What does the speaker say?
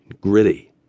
gritty